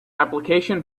application